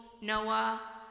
Noah